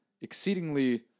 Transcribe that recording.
exceedingly